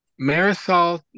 Marisol